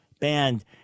banned